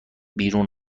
بیرون